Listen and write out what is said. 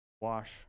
Wash